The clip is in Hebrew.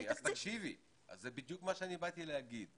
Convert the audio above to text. יופי, אז תקשיבי, זה בדיוק מה שבאתי להגיד,